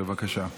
בבקשה.